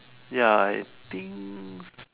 ya I think